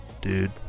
dude